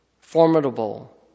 formidable